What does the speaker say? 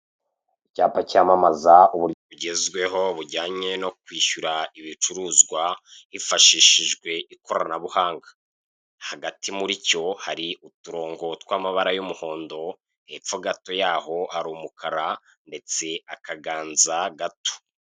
Icyapa cyamamaza uburyo bugezweho bujyanye no kwishyura ibicuruzwa hifashishijwe ikoranabuhanga. Hagati mu ricyo hari uturongo tw'amabara y'umuhondo hepfo gato yaho hari umukara ndetse akaganza gato.